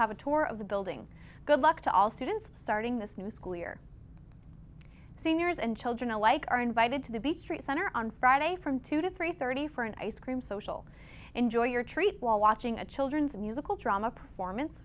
have a tour of the building good luck to all students starting this new school year seniors and children alike are invited to the beech tree center on friday from two to three hundred and thirty for an ice cream social enjoy your treat while watching a children's musical drama performance